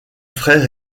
frère